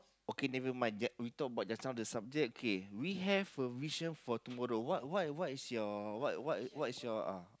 okay never mind just we talk about just now that subject K we have a vision for tomorrow what what what is your what what what is your ah